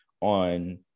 on